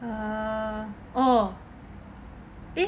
err oh eh